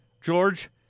George